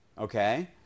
Okay